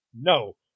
no